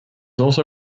also